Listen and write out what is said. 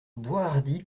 boishardy